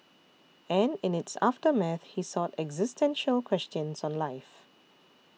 and in its aftermath he sought existential questions on life